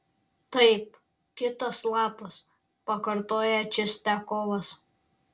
taip kitas lapas pakartojo čistiakovas